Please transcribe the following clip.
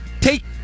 take